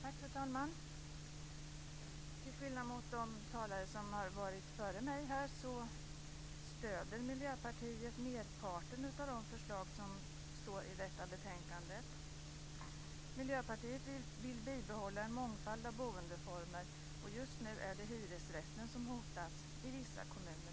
Fru talman! Till skillnad mot de talare som har varit före mig stöder Miljöpartiet merparten av de förslag som finns i detta betänkande. Miljöpartiet vill bibehålla en mångfald av boendeformer, och just nu är det hyresrätten som hotas i vissa kommuner.